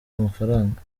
amafaranga